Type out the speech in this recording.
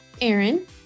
Aaron